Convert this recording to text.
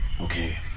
Okay